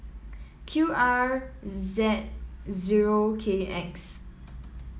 Q R Z zero K X